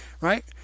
right